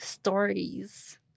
Stories